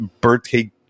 birthday